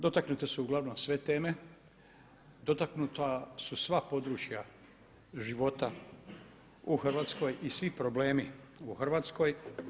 Dotaknute su uglavnom sve teme, dotaknuta su sva područja života u Hrvatskoj i svi problemi u Hrvatskoj.